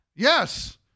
Yes